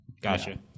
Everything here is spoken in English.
Gotcha